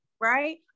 Right